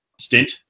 stint